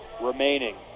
remaining